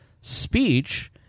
speech